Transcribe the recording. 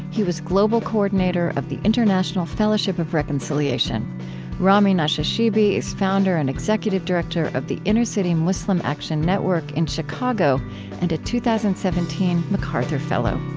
he was global coordinator of the international fellowship of reconciliation rami nashashibi is founder and executive director of the inner-city muslim action network in chicago and a two thousand and seventeen macarthur fellow